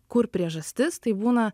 kur priežastis tai būna